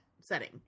setting